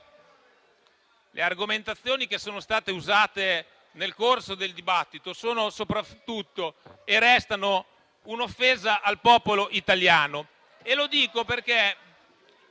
le argomentazioni che sono state usate nel corso del dibattito sono soprattutto e restano un'offesa al popolo italiano. *(Commenti).*